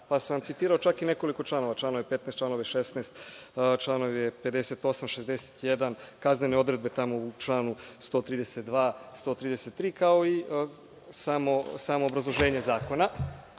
pa sam vam citirao čak i nekoliko članova, čl. 15, 16, 58, 61, kaznene odredbe tamo u članu 132, 133, kao i samo obrazloženje zakona